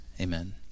Amen